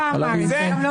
הוא לא אמר את זה.